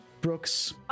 brooks